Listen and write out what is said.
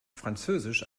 französisch